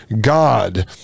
God